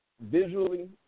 visually